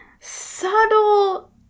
subtle